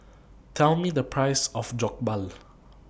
Tell Me The Price of Jokbal